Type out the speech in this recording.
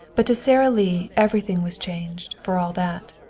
but to sara lee everything was changed, for all that.